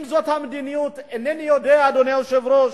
אם זאת המדיניות, אינני יודע, אדוני היושב-ראש,